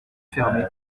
fermés